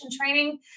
training